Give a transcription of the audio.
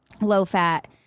low-fat